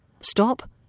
Stop